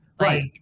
Right